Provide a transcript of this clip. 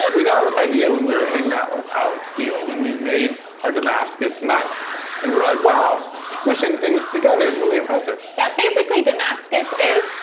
and we got this idea when we were hanging out with alec steele, when we made our damascus knife. we and were like wow! squishing things together is really impressive! yeah basically damascus is,